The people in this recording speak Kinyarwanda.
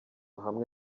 hamwe